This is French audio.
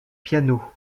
piano